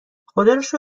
خداروشکر